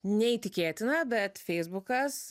neįtikėtina bet feisbukas